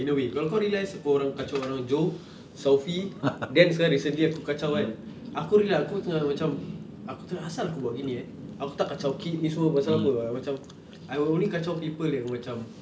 in a way kalau kau realise suka orang kacau orang joke selfie then recently aku kacau kan aku realise aku tengah macam aku tanya asal aku buat gini eh aku tak kacau kid ni semua pasal apa macam I only kacau people that macam